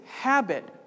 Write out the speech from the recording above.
habit